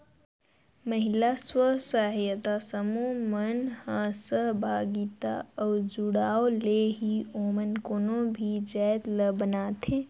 महिला स्व सहायता समूह मन ह सहभागिता अउ जुड़ाव ले ही ओमन कोनो भी जाएत ल बनाथे